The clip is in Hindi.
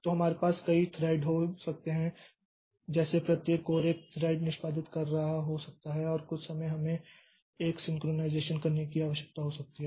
तो हमारे पास कई थ्रेड हो सकते हैं जैसे प्रत्येक कोर एक थ्रेड निष्पादित कर रहा हो सकता है और कुछ समय हमें एक सिंक्रनाइज़ेशन करने की आवश्यकता हो सकती है